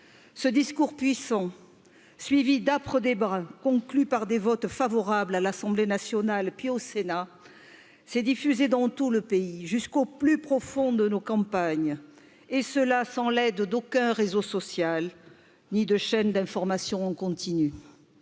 ce discours puissant d'âpres débats conclut par des votes favorables à de l'assemblée nationale et au Sénat, c'est diffusé dans tout le pays jusqu'au plus profond de nos campagnes, et cela sans l'aide d'aucun réseau social ni de chaînes d'information continue,